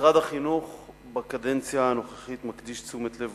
משרד החינוך בקדנציה הנוכחית מקדיש תשומת לב